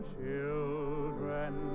Children